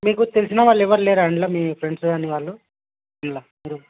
మీకు తెలిసినవాళ్ళు ఎవరు లేరా అందులో మీ ఫ్రెండ్స్ కానీ వాళ్ళు